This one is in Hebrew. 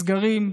סגרים,